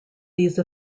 these